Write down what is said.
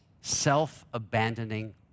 self-abandoning